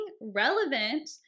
relevant